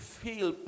feel